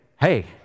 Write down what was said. hey